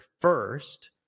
first